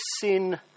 sin